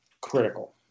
critical